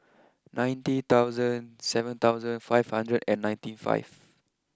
ninety thousand seven thousand five hundred and ninety five